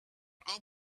are